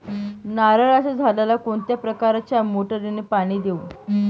नारळाच्या झाडाला कोणत्या प्रकारच्या मोटारीने पाणी देऊ?